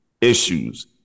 issues